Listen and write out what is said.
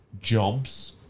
jobs